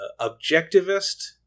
objectivist